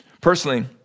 Personally